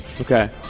Okay